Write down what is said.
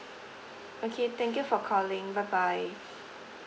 okay thank you for calling bye bye